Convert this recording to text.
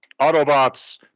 Autobots